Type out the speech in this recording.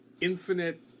infinite